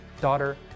daughter